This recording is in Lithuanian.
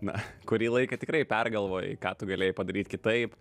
na kurį laiką tikrai pergalvoji ką tu galėjai padaryt kitaip